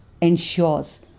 ensures